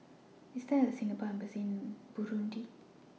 IS There A Singapore Embassy in Burundi